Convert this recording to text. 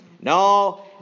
No